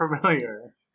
familiar